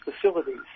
facilities